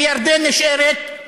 וירדן נשארת,